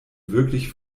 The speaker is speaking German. wirklich